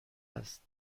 است